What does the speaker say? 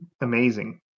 amazing